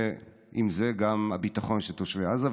ועם זה גם הביטחון של תושבי עזה.